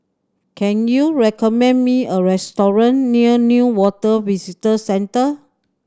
can you recommend me a restaurant near Newater Visitor Centre